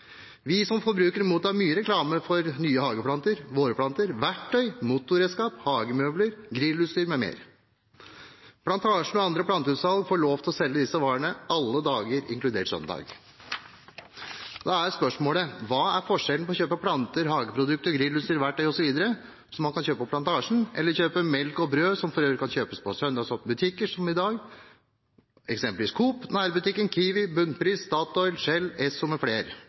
Vi som forbrukere mottar mye reklame for nye hageplanter, vårplanter, verktøy, motorredskap, hagemøbler, grillutstyr m.m. Plantasjen og andre planteutsalg får lov til å selge disse varene alle dager inkludert søndag. Da er spørsmålet: Hva er forskjellen på å kjøpe planter, hageprodukter, grillutstyr, verktøy osv., som man kan kjøpe på Plantasjen, og å kjøpe melk og brød, som for øvrig kan kjøpes i søndagsåpne butikker i dag, som eksempelvis Coop, Nærbutikken, Kiwi, Bunnpris,